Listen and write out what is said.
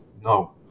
No